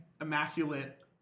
immaculate